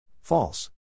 False